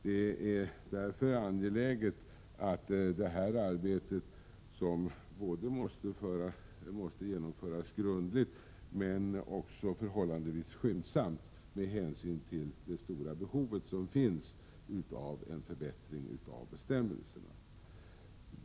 Det är därför angeläget att detta arbete genomförs grundligt men också förhållandevis skyndsamt med hänsyn till de stora behov som finns av en förbättring av bestämmelserna.